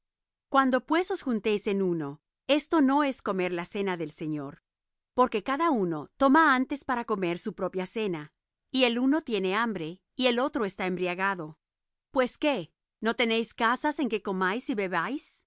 cuando pues os juntáis en uno esto no es comer la cena del señor porque cada uno toma antes para comer su propia cena y el uno tiene hambre y el otro está embriagado pues qué no tenéis casas en que comáis y bebáis